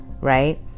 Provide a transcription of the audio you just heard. right